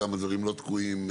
כמה דברים לא תקועים?